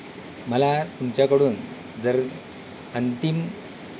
मला तुमच्याकडून जर अंतिम